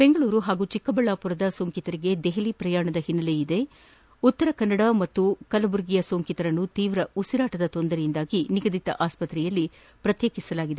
ಬೆಂಗಳೂರು ಹಾಗೂ ಚಿಕ್ಕಬಳ್ಳಾಪುರದ ಸೋಂಕಿತರಿಗೆ ದೆಹಲಿ ಪ್ರಯಾಣದ ಹಿನ್ನೆಲೆಯಿದೆ ಉತ್ತರ ಕನ್ನಡ ಹಾಗೂ ಕಲಬುರಗಿಯ ಸೋಂಕಿತರನ್ನು ತೀವ್ರ ಉಸಿರಾಟದ ತೊಂದರೆಯಿಂದಾಗಿ ನಿಗದಿತ ಆಸ್ಪತ್ರೆಯಲ್ಲಿ ಪ್ರತ್ಯೇಕಿಸಲಾಗಿದೆ